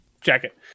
jacket